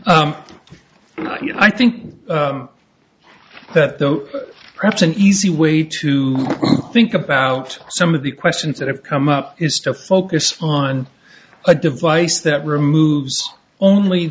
know i think that though perhaps an easy way to think about some of the questions that have come up is to focus on a device that removes only